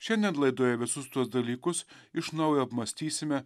šiandien laidoje visus tuos dalykus iš naujo apmąstysime